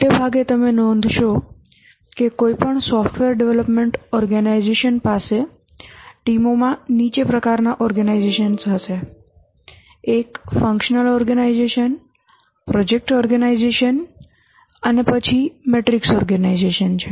મોટે ભાગે તમે નોંધશો કે કોઈપણ સોફ્ટવેર ડેવલપમેન્ટ ઓર્ગેનાઇઝેશન પાસે ટીમોમાં નીચેના પ્રકારનાં ઓર્ગેનાઇઝેશન્સ હશે એક ફંક્શનલ ઓર્ગેનાઇઝેશન પ્રોજેક્ટ ઓર્ગેનાઇઝેશન અને પછી મેટ્રિક્સ ઓર્ગેનાઇઝેશન છે